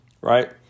Right